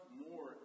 more